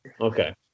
okay